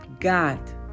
God